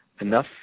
enough